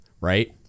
right